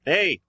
Hey